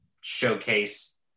showcase